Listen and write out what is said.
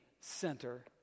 center